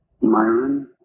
Myron